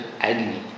agony